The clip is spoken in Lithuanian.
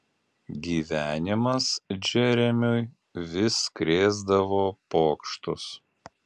gyvenimas džeremiui vis krėsdavo pokštus